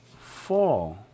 Fall